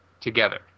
together